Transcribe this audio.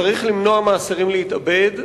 צריך למנוע מהאסירים להתאבד,